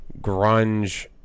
grunge